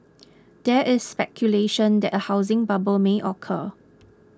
there is speculation that a housing bubble may occur